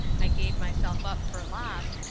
i gave myself up for lost,